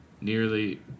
nearly